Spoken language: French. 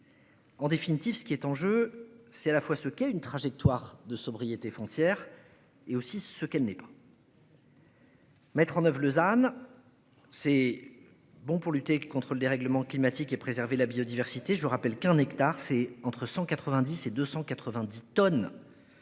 En définitive, ce qui est en jeu c'est à la fois ce qu'est une trajectoire de sobriété foncière et aussi ce qu'elle n'est pas. Mettre en oeuvre, Lausanne. C'est bon pour lutter contre le dérèglement climatique et préserver la biodiversité. Je vous rappelle qu'un hectare c'est entre 190 et 290 tonnes.